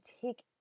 take